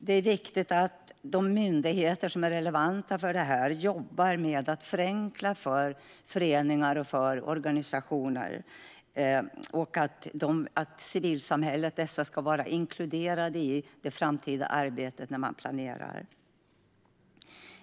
Det är viktigt att de myndigheter som är relevanta för det här jobbar med att förenkla för föreningar och organisationer och att civilsamhällets organisationer är inkluderade när man planerar det framtida arbetet.